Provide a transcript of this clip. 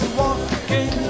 walking